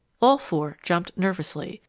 all four jumped nervously,